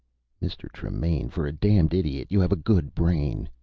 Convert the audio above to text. mr. tremaine, for a damned idiot, you have a good brain.